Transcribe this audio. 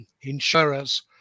insurers